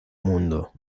mundo